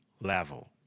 level